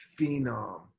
phenom